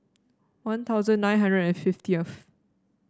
One Thousand nine hundred and fiftieth